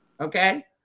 okay